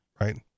right